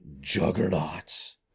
juggernauts